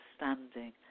understanding